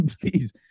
Please